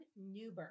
Newberg